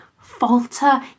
falter